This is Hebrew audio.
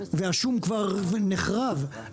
והשום כבר נחרב,